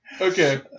Okay